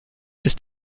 ist